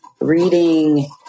reading